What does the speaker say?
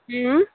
हुँ